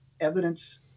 evidence